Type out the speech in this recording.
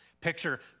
picture